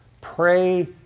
pray